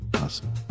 awesome